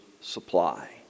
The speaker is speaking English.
supply